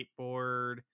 skateboard